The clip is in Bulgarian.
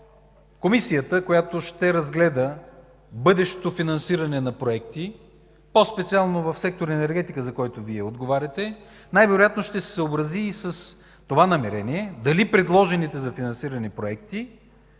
Комисията, която ще разгледа бъдещото финансиране на проекти, по-специално в сектор „Енергетика”, за който Вие отговаряте, най-вероятно ще се съобрази и с това намерение – дали предложените за финансиране проекти